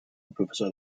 professor